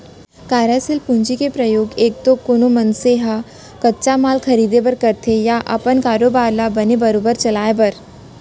कारयसील पूंजी के परयोग एक तो कोनो मनसे ह कच्चा माल खरीदें बर करथे या अपन कारोबार ल बने बरोबर चलाय बर